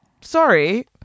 sorry